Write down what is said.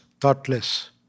thoughtless